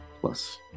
plus